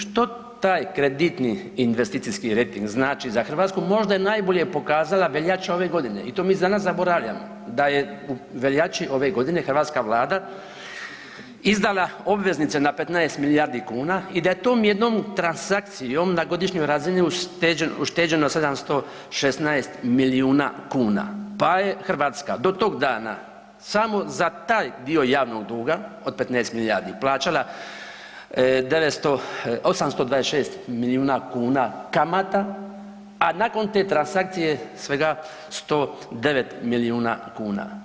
Što taj kreditni investicijski rejting znači, za Hrvatsku možda je najbolje pokazala veljača ove godine i to mi danas zaboravljamo da je u veljači ove godine hrvatska vlada izdala obveznice na 15 milijardi kuna i da je tom jednom transakcijom na godišnjoj razini ušteđeno 716 milijuna kuna, pa je Hrvatska do tog dana samo za taj dio javnog duga od 15 milijardi plaćala 900, 826 milijuna kuna kamata, a nakon te transakcije svega 109 milijuna kuna.